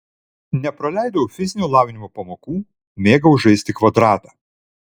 nepraleidau fizinio lavinimo pamokų mėgau žaisti kvadratą